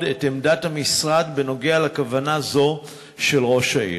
את עמדת המשרד בנוגע לכוונה זו של ראש העיר.